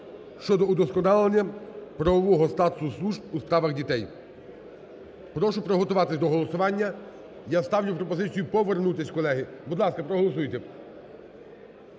(щодо удосконалення правового статусу служб у справах дітей). Прошу приготуватись до голосування. Я ставлю пропозицію повернутись, колеги. Будь ласка, проголосуйте.